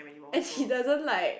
as she doesn't like